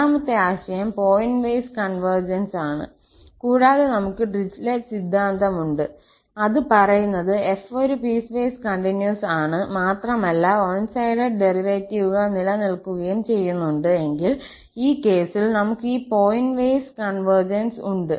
രണ്ടാമത്തെ ആശയം point wise convergence ആണ് കൂടാതെ നമുക്ക് ഡിറിച്ലെറ്റ് സിദ്ധാന്തം ഉണ്ട് അത് പറയുന്നത് f ഒരു പീസ്വേസ് കണ്ടിന്യൂസ് ആണ് മാത്രമല്ല വൺ സൈഡഡ് ഡെറിവേറ്റീവുകൾ നിലനിൽക്കുകയും ചെയ്യുന്നുണ്ട് എങ്കിൽ ഈ കേസിൽ നമുക്ക് ഈ പോയിന്റ് വൈസ് കോൺവെർജൻസ് ഉണ്ട്